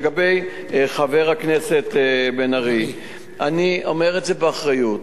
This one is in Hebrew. לגבי חבר הכנסת בן-ארי: אני אומר את זה באחריות,